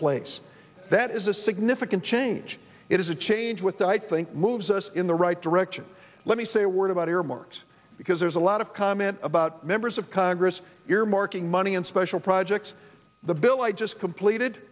place that is a significant change it is a change with that i think moves us in the right direction let me say a word about earmarks because there's a lot of comment about members of congress earmarking money in special projects the bill i just completed